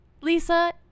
Lisa